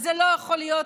וזה לא יכול להיות,